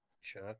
Sure